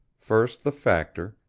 first the factor,